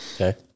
Okay